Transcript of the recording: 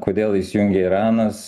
kodėl įsijungė iranas